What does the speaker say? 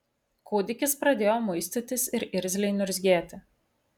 kūdikis pradėjo muistytis ir irzliai niurzgėti